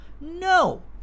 No